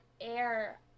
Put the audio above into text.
air